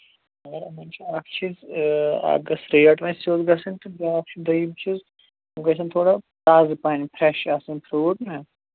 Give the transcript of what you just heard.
مگر یِمن چھُ اَکھ چیٖز تہٕ اَکھ گٔژھ ریٹ وۅنۍ سیٚود گژھٕنۍ تہٕ بیٛاکھ چھِ دوٚیِم چیٖز یِم گژھن تھوڑا تازٕ پَہَن فرٛٮ۪ش آسٕنۍ فرٛوٗٹ نا